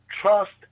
Trust